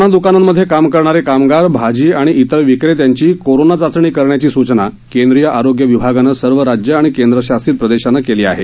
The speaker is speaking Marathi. किराणा द्रकानांमध्ये काम करणारे कामगार भाजी आणि इतर विक्रेत्यांची कोरोना चाचणी घेण्याची सूचना केंद्रीय आरोग्य मंत्रालयानं सर्व राज्य आणि केंद्रशासित प्रदेशांना केली आहे